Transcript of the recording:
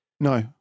No